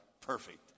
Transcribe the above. perfect